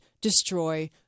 destroy